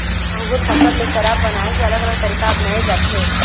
अंगुर फसल ले शराब बनाए के अलग अलग तरीका अपनाए जाथे